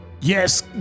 Yes